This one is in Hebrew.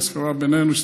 בהסכמה בינינו,